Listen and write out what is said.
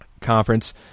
conference